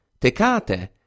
Tecate